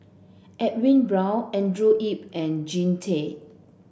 Edwin Brown Andrew Yip and Jean Tay